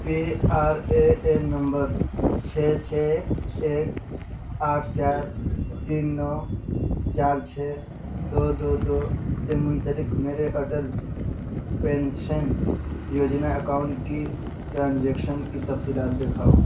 P R A N number چھ چھ ایک آٹھ چار تین نو چار چھ دو دو دو سے منسلک میرے اٹل پینشن یوجنا اکاؤنٹ کی ٹرانجیکشن کی تفصیلات دکھاؤ